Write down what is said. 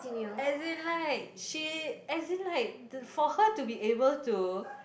as in like she as in like the for her to be able to